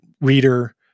reader